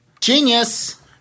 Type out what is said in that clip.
Genius